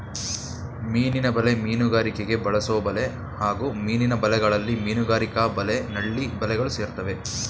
ಮೀನಿನ ಬಲೆ ಮೀನುಗಾರಿಕೆಗೆ ಬಳಸೊಬಲೆ ಹಾಗೂ ಮೀನಿನ ಬಲೆಗಳಲ್ಲಿ ಮೀನುಗಾರಿಕಾ ಬಲೆ ನಳ್ಳಿ ಬಲೆಗಳು ಸೇರ್ತವೆ